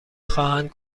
خواهند